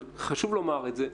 אבל חשוב לומר את זה.